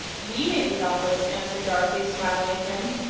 we may be helpless, answered dorothy, smiling at him,